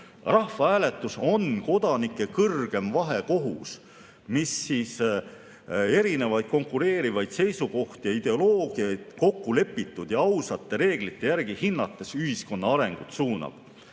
Rahvahääletus on kodanike kõrgem vahekohus, mis erinevaid konkureerivaid seisukohti ja ideoloogiaid kokku lepitud ja ausate reeglite järgi hinnates ühiskonna arengut suunab.